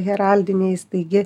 heraldiniais taigi